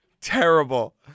Terrible